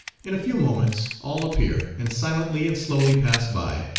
in a few moments all appear, and silently and slowly pass by,